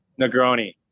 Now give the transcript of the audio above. Negroni